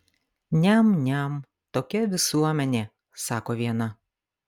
niam niam tokia visuomenė sako viena